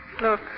Look